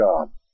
God